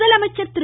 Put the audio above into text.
முதலமைச்சர் திரு